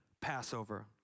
Passover